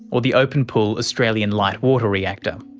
or the open pool australian lightwater reactor.